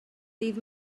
ddydd